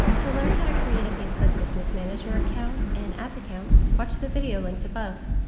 to learn how to create a facebook business manager account and ads account, watch the video linked above.